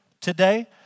today